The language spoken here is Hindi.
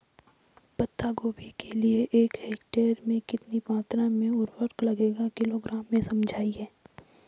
पत्ता गोभी के लिए एक हेक्टेयर में कितनी मात्रा में उर्वरक लगेगा किलोग्राम में समझाइए?